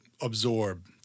absorb